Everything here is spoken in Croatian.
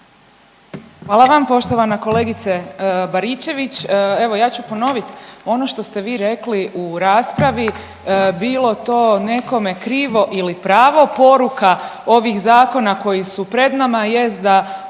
Hvala vam. Poštovana kolegice Baričević, evo ja ću ponovit ono što ste vi rekli u raspravi bilo to nekome krivo ili pravo poruka ovih zakona koji su pred nama jest da